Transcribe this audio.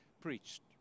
preached